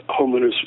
homeowners